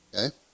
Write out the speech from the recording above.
Okay